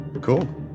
Cool